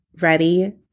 ready